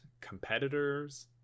competitors